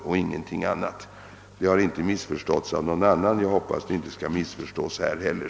Kommunikén har inte missförståtts på något annat håll, och jag hoppas att den inte skall missförstås här heller.